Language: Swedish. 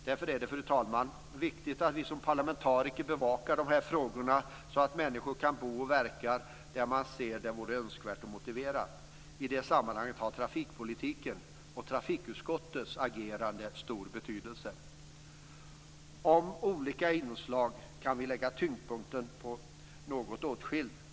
Därför är det, fru talman, viktigt att vi som parlamentariker bevakar de här frågorna så att människor kan bo och verka där man ser att det vore önskvärt och motiverat. I det sammanhanget har trafikpolitiken och trafikutskottets agerande stor betydelse. I fråga om olika inslag kan vi lägga tyngdpunkten något åtskilt.